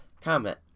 Comment